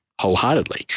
wholeheartedly